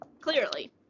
Clearly